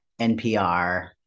NPR